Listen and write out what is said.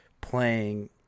playing